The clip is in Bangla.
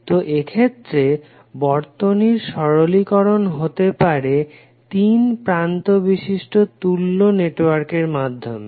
তো এক্ষেত্রে বর্তনীর সরলীকরণ হতে পারে তিন প্রান্ত বিশিষ্ট তুল্য নেটওয়ার্কের মাধ্যমে